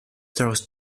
throws